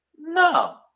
No